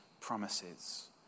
promises